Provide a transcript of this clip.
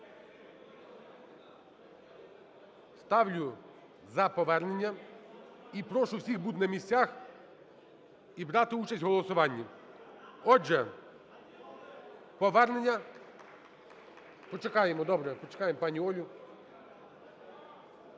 Ставлю за повернення і прошу всіх бути на місцях і брати участь в голосуванні. Отже, повернення. Почекаємо, добре. Почекаємо пані Олю.